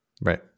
Right